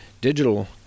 digital